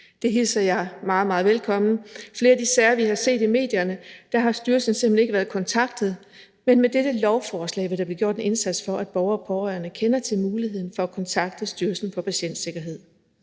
Det hilser jeg meget, meget velkommen. I flere af de sager, vi har set i medierne, har styrelsen simpelt hen ikke været kontaktet, men med dette lovforslag vil der blive gjort en indsats for, at borgere og pårørende kender til muligheden for at kontakte Styrelsen for Patientsikkerhed.